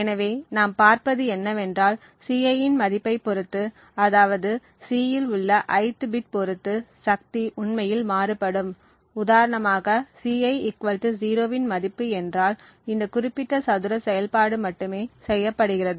எனவே நாம் பார்ப்பது என்னவென்றால் Ci இன் மதிப்பைப் பொறுத்து அதாவது C இல் உள்ள ith பிட் பொறுத்து சக்தி உண்மையில் மாறுபடும் உதாரணமாக Ci 0 இன் மதிப்பு என்றால் இந்த குறிப்பிட்ட சதுர செயல்பாடு மட்டுமே செய்யப்படுகிறது